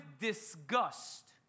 disgust